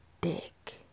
dick